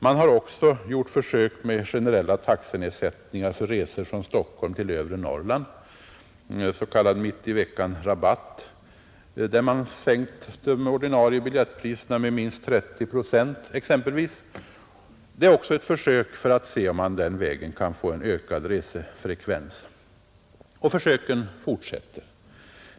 Man har också gjort försök med generella taxenedsättningar på resor från Stockholm till övre Norrland — s.k. mitt-i-veckanrabatt, som innebär sänkning av de ordinarie biljettpriserna med minst 30 procent. Det är också försök som gjorts för att se om man den vägen kan få en ökad resefrekvens — och försöken fortsätter.